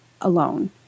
alone